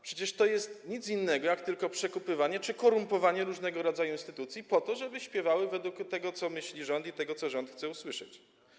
Przecież to jest nic innego jak tylko przekupywanie czy korumpowanie różnego rodzaju instytucji, po to żeby śpiewały według tego, co myśli rząd, i tego, co rząd chce usłyszeć.